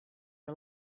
are